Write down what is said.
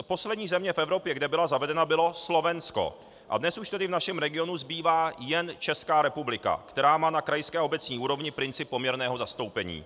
Poslední země v Evropě, kde byla zavedena, bylo Slovensko, a dnes už tedy v našem regionu zbývá jen Česká republika, která má na krajské a obecní úrovni princip poměrného zastoupení.